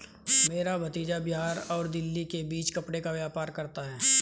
मेरा भतीजा बिहार और दिल्ली के बीच कपड़े का व्यापार करता है